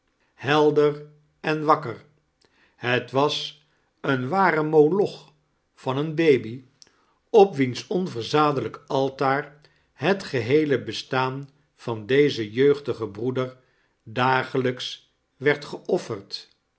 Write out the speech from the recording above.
helder en wakker het was een ware moloch van een baby op wiens onverzadelijk altaar het geheele bestaan van dezen jeugdigen broeder dagelijks werd geofferd